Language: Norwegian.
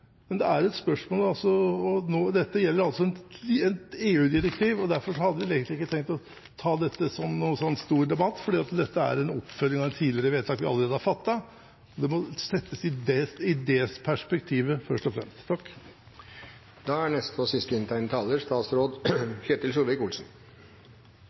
Dette gjelder et EU-direktiv og derfor hadde vi vel egentlig ikke tenkt å ta dette som noen stor debatt, for dette er en oppfølging av et tidligere vedtak vi allerede har fattet. Det må settes i det perspektivet først og fremst. Som foregående talere har vært inne på: Det å ha god kollektivtransport er